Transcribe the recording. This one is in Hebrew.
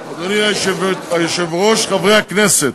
אדוני היושב-ראש, חברי הכנסת,